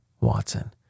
Watson